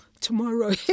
tomorrow